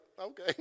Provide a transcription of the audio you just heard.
Okay